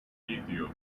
indio